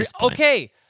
okay